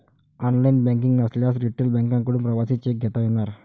online banking नसल्यास retail बँकांकडून प्रवासी चेक घेता येणार